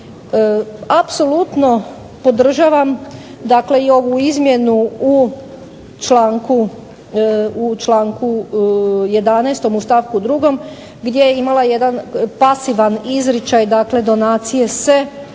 Apsolutno podržavam i ovu izmjenu u članku 11. u stavku 2. gdje je imala jedan pasivan izričaj, dakle donacije se